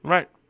Right